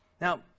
Now